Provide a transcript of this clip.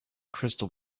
crystal